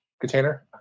container